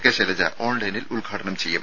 K Shailaja ഓൺലൈനിൽ ഉദ്ഘാടനം ചെയ്യും